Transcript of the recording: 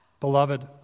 Beloved